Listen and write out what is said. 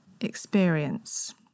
experience